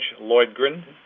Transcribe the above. Lloydgren